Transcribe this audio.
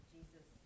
Jesus